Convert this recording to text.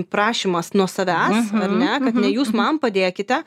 prašymas nuo savęs ar ne kad ne jūs man padėkite